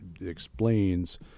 explains